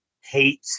hate